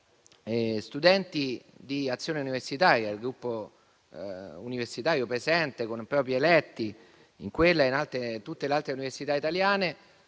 Studenti di Azione universitaria, il gruppo universitario presente con i propri eletti in quella e in tutte le altre università italiane,